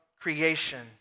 creation